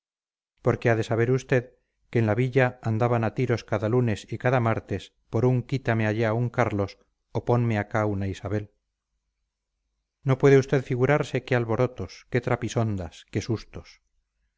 porque ha de saber usted que en la villa andaban a tiros cada lunes y cada martes por un quítame allá un carlos o un ponme acá una isabel no puede usted figurarse qué alborotos qué trapisondas qué sustos